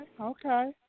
okay